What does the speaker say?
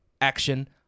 action